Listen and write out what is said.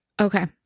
Okay